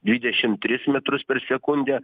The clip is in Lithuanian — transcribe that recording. dvidešim tris metrus per sekundę